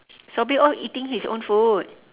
sobri all eating his own food